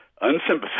unsympathetic